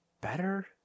Better